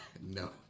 No